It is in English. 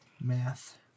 Math